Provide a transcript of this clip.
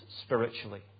Spiritually